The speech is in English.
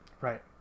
Right